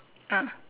ah